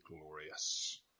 glorious